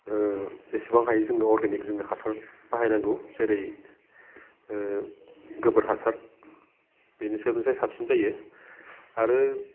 जेसेबां हायो जोङो अर्गेनिक जोङो हासार बाहायनांगौ जेरै गोबोर हासार बेनो सोबनिफ्राय साबसिन जायो आरो